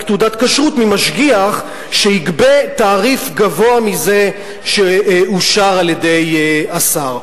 תעודת כשרות ממשגיח שיגבה תעריף גבוה מזה שאושר על-ידי השר.